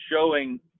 showing